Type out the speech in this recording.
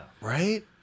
right